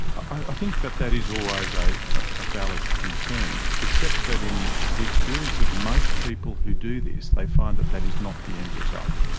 i think that that is always a ah valid concern, except that in the experience of most people who do this, they find that that is not the end result.